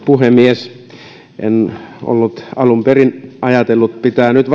puhemies en ollut alun perin ajatellut pitää nyt